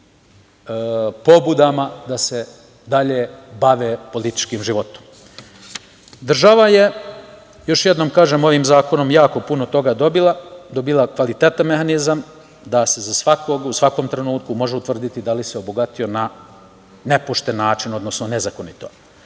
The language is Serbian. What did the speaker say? tim pobudama da se dalje bave političkim životom. Država je, još jednom kažem, ovim zakonom jako puno toga dobila, dobila kvalitetan mehanizam, da se za svakog u svakom trenutku može utvrditi da li se obogatio na nepošten način, odnosno nezakonito.U